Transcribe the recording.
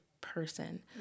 person